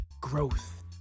growth